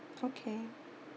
okay